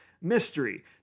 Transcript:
mystery